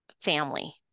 family